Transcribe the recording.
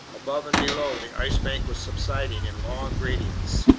above and below, the ice bank was subsiding in long gradients.